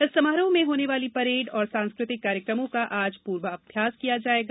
इस समारोह में होने वाली परेड और सांस्कृतिक कार्यक्रमों का आज पूर्वाभ्यास किया जाएगा